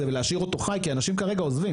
ולהשאיר אותו חי כי אנשים עוזבים כרגע.